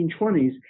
1920s